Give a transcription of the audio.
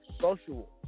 social